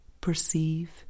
perceive